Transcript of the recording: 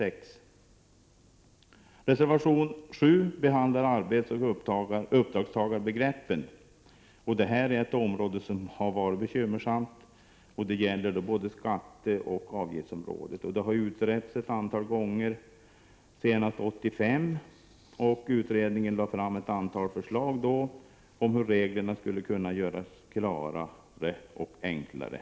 I reservation 7 behandlas arbetsoch uppdragstagarbegreppen. Det här är ett område som har varit bekymmersamt inom såväl skattesom avgiftsområdet. Problemen har utretts ett antal gånger, senast 1985. Utredningen lade fram ett antal förslag om hur reglerna skulle kunna göras klarare och enklare.